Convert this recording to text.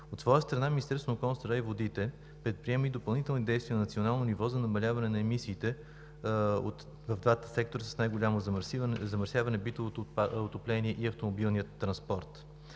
на околната среда и водите предприема допълнителни действия на национално ниво за намаляване на емисиите от двата сектора с най-голямо замърсяване – битовото отопление и автомобилния транспорт.